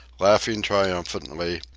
laughing triumphantly,